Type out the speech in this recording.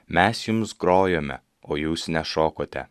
mes jums grojome o jūs nešokote